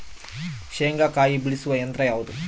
ಶೇಂಗಾಕಾಯಿ ಬಿಡಿಸುವ ಯಂತ್ರ ಯಾವುದು?